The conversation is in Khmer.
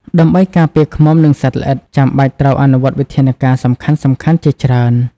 ដើម្បីការពារឃ្មុំ និងសត្វល្អិត ចាំបាច់ត្រូវអនុវត្តវិធានការសំខាន់ៗជាច្រើន។